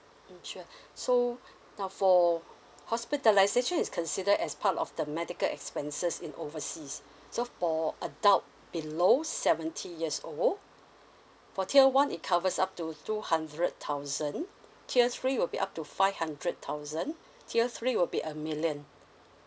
mm sure so now for hospitalisation is consider as part of the medical expenses in overseas so for adult below seventy years old for tier one it covers up to two hundred thousand tier three will be up to five hundred thousand tier three will be a million